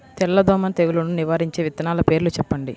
తెల్లదోమ తెగులును నివారించే విత్తనాల పేర్లు చెప్పండి?